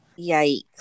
Yikes